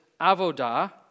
avodah